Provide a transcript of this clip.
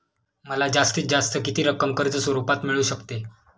मला जास्तीत जास्त किती रक्कम कर्ज स्वरूपात मिळू शकते?